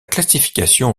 classification